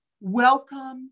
welcome